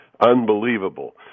Unbelievable